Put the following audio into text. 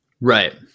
Right